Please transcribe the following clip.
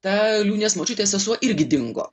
ta liūnės močiutės sesuo irgi dingo